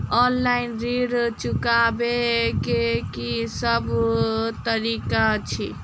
Online ऋण चुकाबै केँ की सब तरीका अछि?